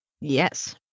Yes